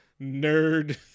nerd